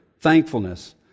thankfulness